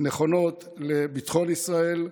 נכונות לביטחון ישראל,